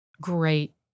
great